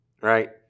right